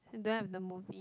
and don't have the movie